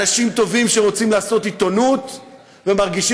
אנשים טובים שרוצים לעשות עיתונות ומרגישים